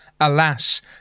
alas